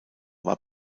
war